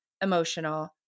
emotional